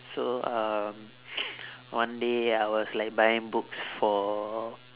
so um one day I was like buying books for